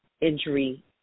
injury